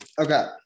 okay